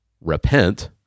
repent